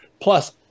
Plus